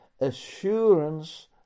assurance